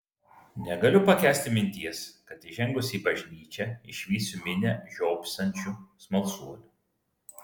negaliu pakęsti minties kad įžengusi į bažnyčią išvysiu minią žiopsančių smalsuolių